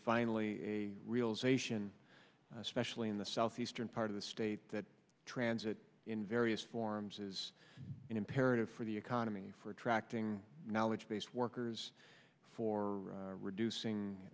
finally a realization especially in the southeastern part of the state that transit in various forms is imperative for the economy for attracting knowledge base workers for reducing